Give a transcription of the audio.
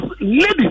Lady